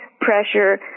pressure